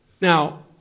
Now